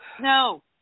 no